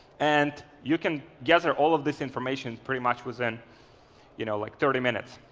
and you can gather all of these information pretty much within you know like thirty minutes.